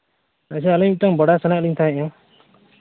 ᱟᱪᱪᱷᱟ ᱟᱹᱞᱤᱧ ᱢᱤᱫᱴᱟᱝ ᱵᱟᱰᱟᱭ ᱥᱟᱱᱟᱭᱮᱫ ᱞᱤᱧ ᱪᱟᱦᱮᱸᱜᱼᱟ